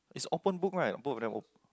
it's open book right